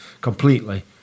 completely